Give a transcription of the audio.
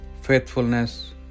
Faithfulness